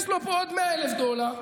יש לו פה עוד 100,000 דולר,